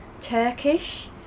Turkish